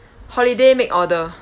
holiday make order